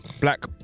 black